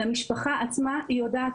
למשפחה עצמה, היא יודעת.